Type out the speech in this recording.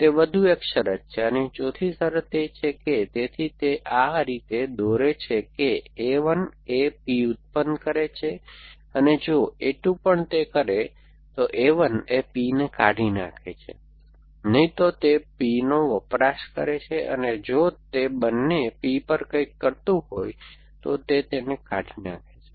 તે વધુ એક શરત છે અને ચોથી શરત છે કે તેથી તે આ રીતે દોરે છે કે a 1 એ P ઉત્પન્ન કરે છે અને જો a2 પણ તે કરે તો a1 એ P ને કાઢી નાખે છે છે નહીં તો તે Pનો વપરાશ કરે છે અને જો તે બંને P પર કંઈક કરતુ હોય તો તે તેને કાઢી નાખે છે